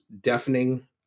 deafening